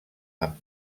amb